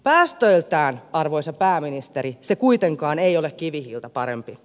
päästöiltään arvoisa pääministeri se kuitenkaan ei ole kivihiiltä parempi